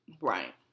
Right